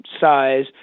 size